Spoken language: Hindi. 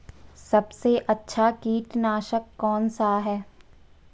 सबसे अच्छा कीटनाशक कौनसा है?